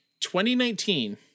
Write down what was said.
2019